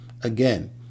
again